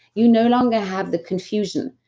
you no longer have the confusion.